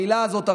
המילה הזאת,